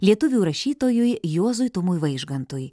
lietuvių rašytojui juozui tumui vaižgantui